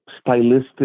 stylistic